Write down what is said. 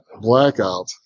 blackout